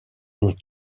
ont